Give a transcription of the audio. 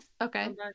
Okay